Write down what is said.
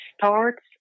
starts